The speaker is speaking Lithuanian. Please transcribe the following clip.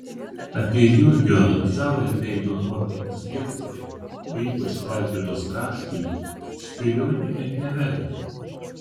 apie jurgio zauerveino nuopelnus lietuvai o ypač klaipėdos kraštui spėlioti net neverta